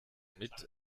mit